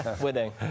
Winning